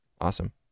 Awesome